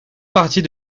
partie